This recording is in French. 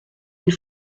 une